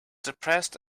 depressed